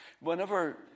Whenever